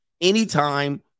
anytime